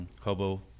Hobo